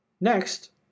Next